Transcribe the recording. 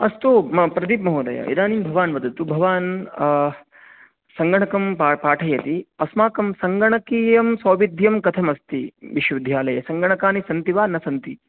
अस्तु प्रदीप् महोदय इदानीं भवान् वदतु भवान् सङ्गणकं पा पाठयति अस्माकं सङ्गणकीयं सौविद्ध्यं कथम् अस्ति विश्वविध्यालये सङ्गणकानि सन्ति वा न सन्ति